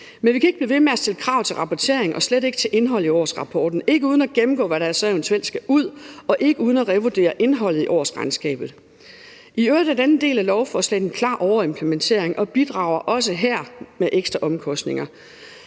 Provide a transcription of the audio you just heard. Men vi kan ikke blive ved med at stille krav til rapportering og slet ikke til indholdet i årsrapporten – ikke uden at gennemgå, hvad der så eventuelt skal ud, og ikke uden at revidere indholdet i årsregnskabet. I øvrigt er denne del af lovforslaget en klar overimplementering og bidrager også her med ekstra omkostninger